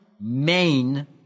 main